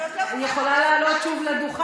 את עוד לא יודעת, את יכולה לעלות שוב לדוכן.